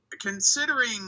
considering